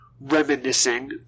reminiscing